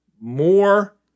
more